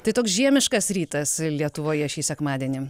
tai toks žiemiškas rytas lietuvoje šį sekmadienį